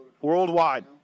worldwide